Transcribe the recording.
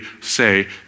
say